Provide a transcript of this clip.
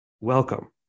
welcome